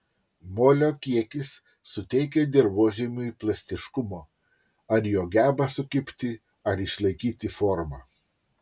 molio kiekis suteikia dirvožemiui plastiškumo ar jo gebą sukibti ar išlaikyti formą